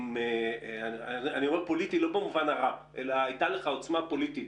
האוצר, הייתה לך עוצמה פוליטית.